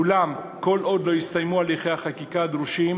אולם כל עוד לא הסתיימו הליכי החקיקה הדרושים